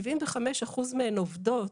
כ-75% מהן עובדות,